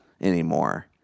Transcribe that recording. anymore